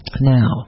now